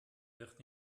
wird